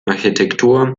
architektur